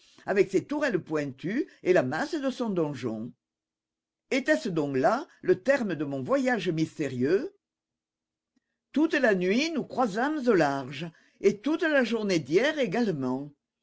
avec ses tourelles pointues et la masse de son donjon était-ce donc là le terme de mon voyage mystérieux toute la nuit nous croisâmes au large et toute la journée d'hier également